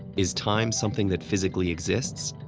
is time something that physically exists,